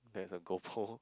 there's a goal pole